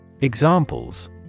Examples